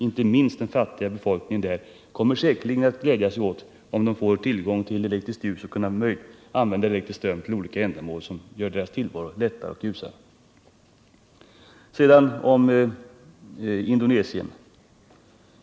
Inte minst den fattiga befolkningen där kommer säkerligen att glädja sig åt att få elektriskt ljus och att kunna använda elektrisk ström för olika ändamål som kan göra tillvaron ljusare och lättare. Sedan om Indonesien.